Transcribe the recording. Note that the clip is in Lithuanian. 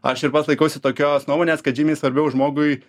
aš ir pats laikausi tokios nuomonės kad žymiai svarbiau žmogui